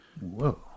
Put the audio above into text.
Whoa